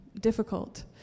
difficult